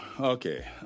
Okay